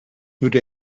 würde